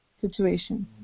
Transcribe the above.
situation